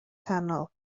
canol